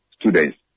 students